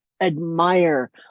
admire